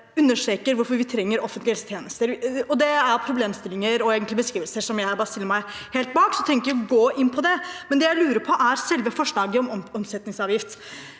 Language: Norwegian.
også hvorfor vi trenger offentlige helsetjenester. Det er problemstillinger og beskrivelser jeg stiller meg helt bak, så jeg trenger ikke gå inn på det. Det jeg lurer på, er selve forslaget om omsetningsavgift.